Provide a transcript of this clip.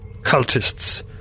cultists